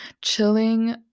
chilling